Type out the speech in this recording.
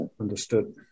understood